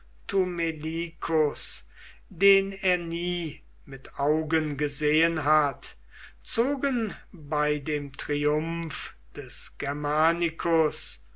den er nie mit augen gesehen hat zogen bei dem triumph des germanicus